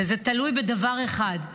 וזה תלוי בדבר אחד: